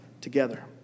together